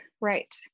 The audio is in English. Right